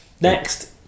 Next